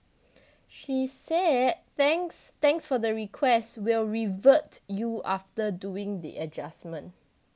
she said thanks thanks for the request will revert you after doing the adjustment